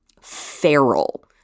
feral